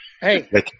Hey